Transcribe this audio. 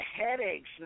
headaches